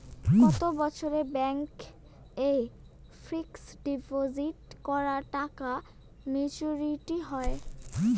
কত বছরে ব্যাংক এ ফিক্সড ডিপোজিট করা টাকা মেচুউরিটি হয়?